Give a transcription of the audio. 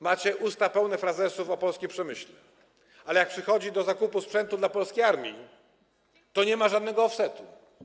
Macie usta pełne frazesów o polskim przemyśle, ale jak przychodzi do zakupu sprzętu dla polskiej armii, to nie ma żadnego offsetu.